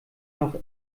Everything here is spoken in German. noch